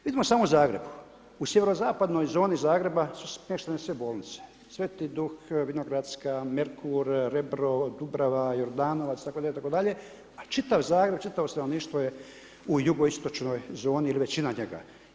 Vidimo samo Zagreb, u sjeverozapadnoj zoni Zagreba su smještene sve bolnice, Sveti Duh Vinogradska, Merkur, Rebro, Dubrava, Jordanovac itd., itd., ali čitav Zagreb, čitavo stanovništvo je u jugoistočnoj zoni ili većina njega.